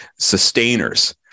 sustainers